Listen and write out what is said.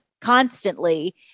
constantly